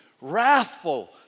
wrathful